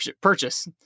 purchase